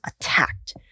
attacked